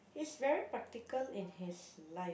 he's very practical in his life